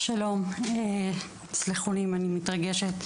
שלום, תסלחו לי אם אני מתרגשת.